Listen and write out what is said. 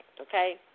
okay